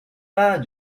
pas